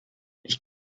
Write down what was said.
ich